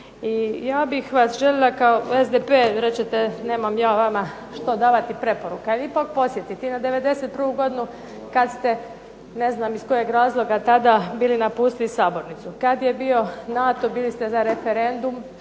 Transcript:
ja bih vas želila kao SDP rečete nemam ja vama što davati preporuke, ali ipak podsjetiti na '92. godinu kad ste ne znam iz kojeg razloga tada bili napustili sabornicu. Kad je bio NATO bili ste za referendum